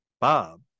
Bob